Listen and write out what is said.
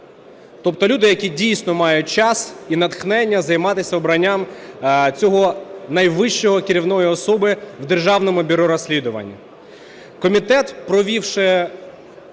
тобто люди, які дійсно мають час і натхнення займатися обранням цієї найвищої керівної особи в Державному бюро розслідувань. Комітет, провівши